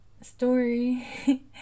story